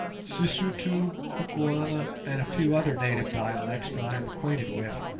sisutu, kukuana, and a few other native dialects that i am acquainted with,